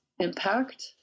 Impact